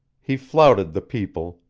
he flouted the people,